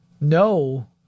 no